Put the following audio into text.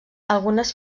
algunes